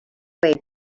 way